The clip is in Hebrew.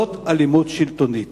זאת אלימות שלטונית,